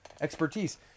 expertise